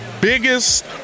biggest